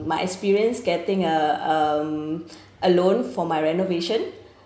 my experience getting a um a loan for my renovation